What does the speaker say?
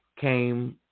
came